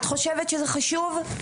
את חושבת שזה חשוב?